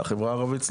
החברה הערבית,